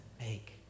make